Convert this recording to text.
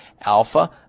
Alpha